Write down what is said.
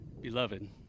beloved